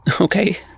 Okay